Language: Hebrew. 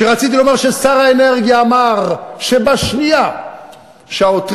רציתי לומר ששר האנרגיה אמר שבשנייה שהעותרים